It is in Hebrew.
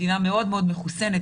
מדינה מאוד מאוד מחוסנת,